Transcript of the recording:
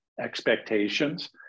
expectations